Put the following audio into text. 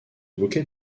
bouquet